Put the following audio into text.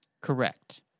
Correct